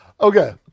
Okay